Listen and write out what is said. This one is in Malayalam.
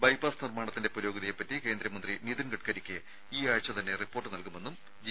ബൈപാസ് നിർമ്മാണത്തിന്റെ പുരോഗതിയെപ്പറ്റി കേന്ദ്രമന്ത്രി നിതിൻ ഗഡ്കരിക്ക് ഈ ആഴ്ച തന്നെ റിപ്പോർട്ട് നൽകുമെന്നും ജി